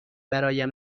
برایم